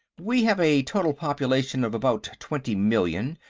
we have a total population of about twenty million,